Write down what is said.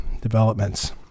developments